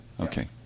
Okay